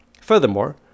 Furthermore